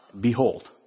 Behold